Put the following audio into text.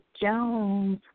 Jones